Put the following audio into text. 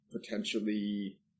potentially